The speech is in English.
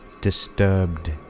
Disturbed